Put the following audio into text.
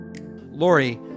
Lori